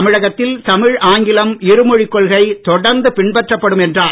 தமிழகத்தில் தமிழ் ஆங்கிலம் இரு மொழிக் கொள்கை தொடர்ந்து பின்பற்றப்படும் என்றார்